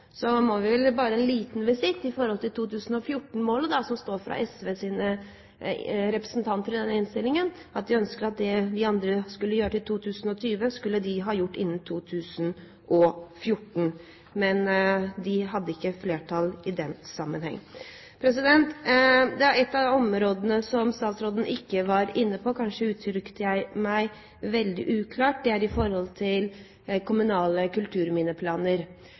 Så må jeg en liten visitt innom SV og deres 2014-mål. I innstillingen til meldingen står det at SVs representanter ønsker at det vi andre skulle gjøre innen 2020, skulle de gjøre innen 2014. Men de hadde ikke flertall i den sammenheng. Det var ett av områdene statsråden ikke var inne på – kanskje uttrykte jeg meg veldig uklart. Det gjelder kommunale kulturminneplaner